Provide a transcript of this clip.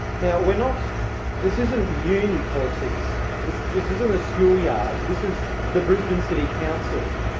now, we're not this isn't uni politics, this this isn't a school yard, this is the brisbane city council.